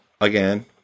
Again